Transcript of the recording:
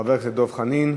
חבר הכנסת דב חנין,